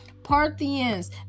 Parthians